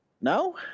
no